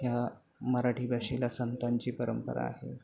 ह्या मराठी भाषेला संतांची परंपरा आहे